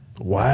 Wow